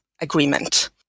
Agreement